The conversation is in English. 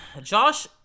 Josh